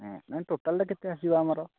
ନାଇଁ ଟୋଟାଲ୍ଟା କେତେ ଆସିବ ଆମର